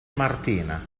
martina